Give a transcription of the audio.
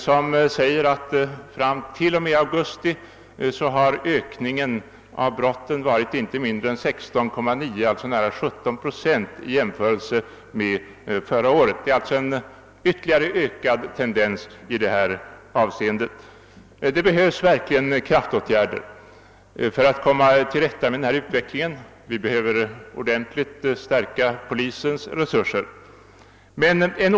Den visar att t.o.m. augusti månad i år har ökningen av brott varit inte mindre än 16,9 procent jämfört med förra året. Det finns alltså en ytterligare ökad tendens i det avseendet, och det behövs verkligen kraftåtgärder för att komma till rätta med dem. Vi behöver t.ex. stärka polisens resurser ordentligt.